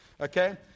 okay